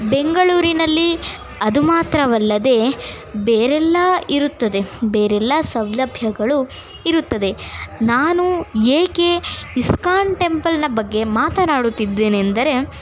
ಬೆಂಗಳೂರಿನಲ್ಲಿ ಅದು ಮಾತ್ರವಲ್ಲದೆ ಬೇರೆಲ್ಲ ಇರುತ್ತದೆ ಬೇರೆಲ್ಲ ಸೌಲಭ್ಯಗಳು ಇರುತ್ತದೆ ನಾನು ಏಕೆ ಇಸ್ಕಾನ್ ಟೆಂಪಲ್ನ ಬಗ್ಗೆ ಮಾತನಾಡುತ್ತಿದ್ದೇನೆ ಎಂದರೆ